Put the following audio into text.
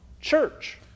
Church